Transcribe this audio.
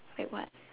like what